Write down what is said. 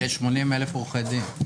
יש 80,000 עורכי דין.